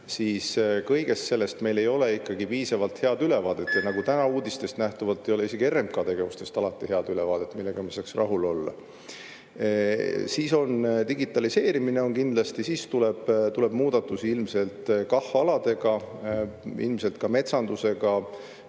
siis kõigest sellest meil ei ole ikkagi piisavalt head ülevaadet. Tänastest uudistest nähtuvalt ei ole isegi RMK tegevustest alati head ülevaadet, millega me saaks rahul olla. Siis on digitaliseerimine kindlasti, siis tuleb muudatusi ilmselt KAH-aladega, ka püsimetsandusega,